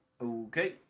Okay